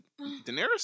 Daenerys